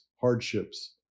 hardships